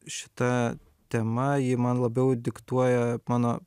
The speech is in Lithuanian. šita tema ji man labiau diktuoja mano